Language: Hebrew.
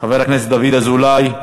חבר הכנסת דוד אזולאי,